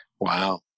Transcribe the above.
Wow